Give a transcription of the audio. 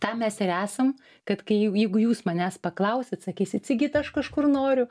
tam mes ir esam kad kai jeigu jūs manęs paklausit sakysit sigita aš kažkur noriu